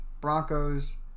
Broncos